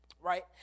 right